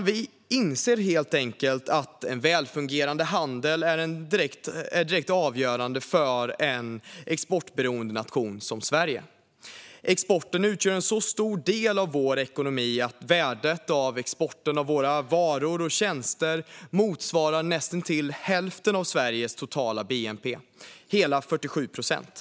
Vi inser helt enkelt att en välfungerande handel är direkt avgörande för en exportberoende nation som Sverige. Exporten utgör en så stor del av vår ekonomi att värdet av exporten av våra varor och tjänster motsvarar näst intill hälften av Sveriges totala bnp, hela 47 procent.